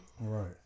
Right